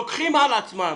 הם לוקחים על עצמם,